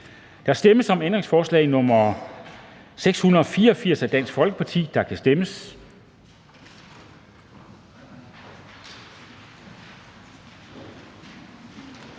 Der stemmes om ændringsforslag nr. 688 af DF, og der kan stemmes.